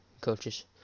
coaches